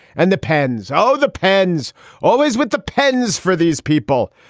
and the pens o the pens always with the pens for these people.